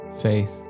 faith